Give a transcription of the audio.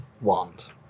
Wand